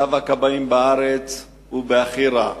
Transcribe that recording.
מצב הכבאים בארץ בכי רע.